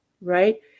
right